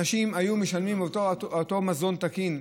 אנשים היו משלמים על אותו מזון תקין,